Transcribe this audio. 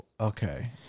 okay